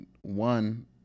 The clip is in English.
one